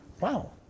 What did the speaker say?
Wow